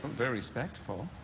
very respectful.